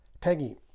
Peggy